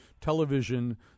television